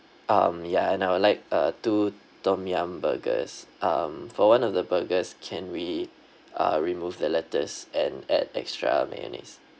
um yeah and I would like uh two tom yum burgers um for one of the burgers can we uh remove the lettuce and add extra mayonnaise